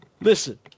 listen